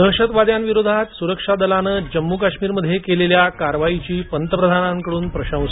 दहशतवाद्यांविरोधात सुरक्षा दलाने जम्मू काश्मीरमध्ये केलेल्या कारवाईची पंतप्रधानांकडून प्रशंसा